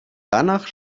danach